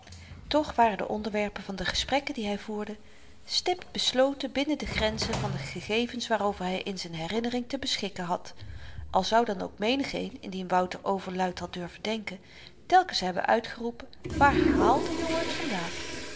toch waren de onderwerpen van de gesprekken die hy voerde stipt besloten binnen de grens van de gegevens waarover hy in z'n herinnering te beschikken had al zou dan ook menigeen indien wouter overluid had durven denken telkens hebben uitgeroepen waar haalt de jongen t vandaan